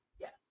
Yes